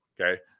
Okay